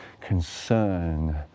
concern